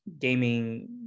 gaming